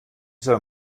soll